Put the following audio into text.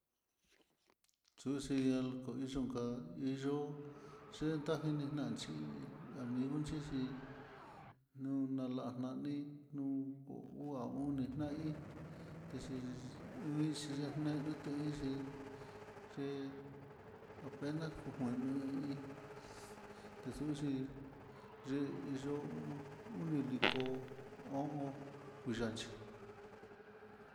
Chuxi el koiin yonka'a iyo'o yenta jininanxhi, ñayunchixi nuu nala nani nu ku uu a oni na hí texhi lixhi yanene ta hixhí, xhi apenas kuno i iin texuxhi yi yo'u udiko hó kuyanchí.